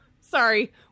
Sorry